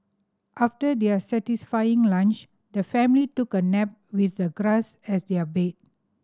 after their satisfying lunch the family took a nap with the grass as their bed